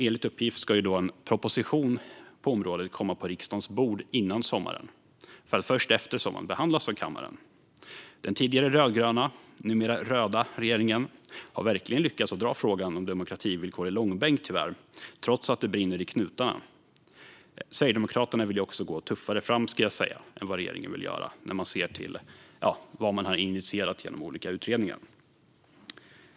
Enligt uppgift ska en proposition på området komma på riksdagens bord före sommaren för att först efter sommaren behandlas av kammaren. Den tidigare rödgröna, numera röda, regeringen har tyvärr verkligen lyckats dra frågan om demokrativillkor i långbänk trots att det brinner i knutarna. Det ska också sägas att Sverigedemokraterna vill gå tuffare fram än vad regeringen vill göra när man ser till vad som har initierats genom olika utredningar.